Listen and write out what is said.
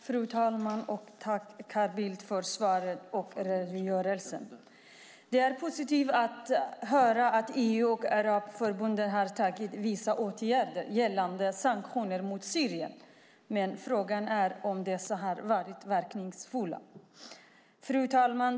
Fru talman! Tack, Carl Bildt, för svaret och redogörelsen. Det är positivt att EU och Arabförbundet har vidtagit vissa åtgärder gällande sanktioner mot Syrien. Frågan är bara om dessa har varit verkningsfulla? Fru talman!